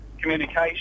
communication